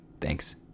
Thanks